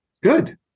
Good